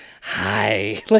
Hi